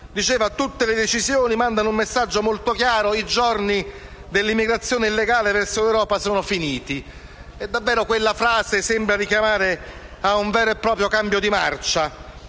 Diceva Tusk che tutte le decisioni mandano un messaggio molto chiaro: i giorni dell'immigrazione illegale verso l'Europa sono finiti. Davvero quella frase sembra richiamare un vero e proprio cambio di marcia;